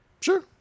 Sure